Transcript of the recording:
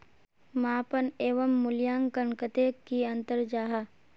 मापन एवं मूल्यांकन कतेक की अंतर जाहा?